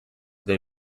they